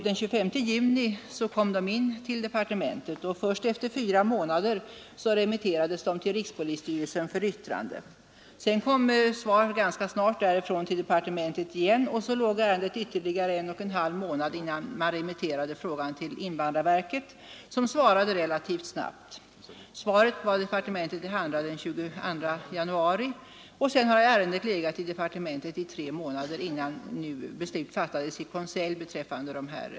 Den 25 juni kom ärendena in till departementet och först efter fyra månader remitterades de till rikspolisstyrelsen för yttrande. Sedan lämnades svar därifrån ganska snart till departementet, och så låg ärendena ytterligare en och en halv månad innan de remitterades till invandrarverket, som svarade relativt snabbt. Svaret var departementet till handa den 22 januari. Därefter har ärendena legat i departementet i tre månader innan beslut fattades i konselj.